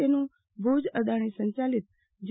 તેનું ભુજ અદાણી સંચાલિત જી